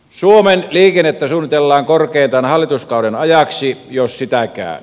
suomen liikennettä suunnitellaan korkeintaan hallituskauden ajaksi jos sitäkään